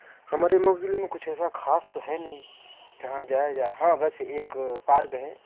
ہمارے مئو ضلع میں کچھ ایسا خاص تو ہے نہیں جہاں جایا جائے ہاں ویسے ایک پارک ہے